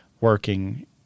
working